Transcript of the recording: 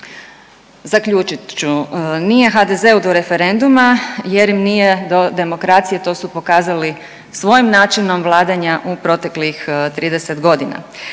Zaključit ću, nije HDZ-u do referenduma jer im nije do demokracije to su pokazali svojim načinom vladanja u proteklih 30 godina.